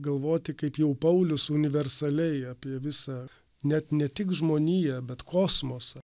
galvoti kaip jau paulius universaliai apie visą net ne tik žmoniją bet kosmosą